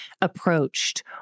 approached